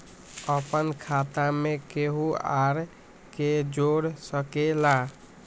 अपन खाता मे केहु आर के जोड़ सके ला?